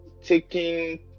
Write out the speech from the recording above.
taking